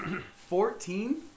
Fourteen